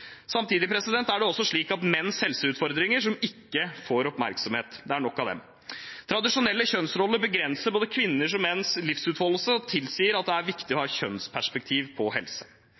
Samtidig er det også slik at menn har helseutfordringer som ikke får oppmerksomhet – det er nok av dem. Tradisjonelle kjønnsroller begrenser både kvinners og menns livsutfoldelse og tilsier at det er viktig å ha kjønnsperspektiv på helse.